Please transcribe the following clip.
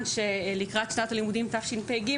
שלקראת שנת הלימודים תשפ"ג,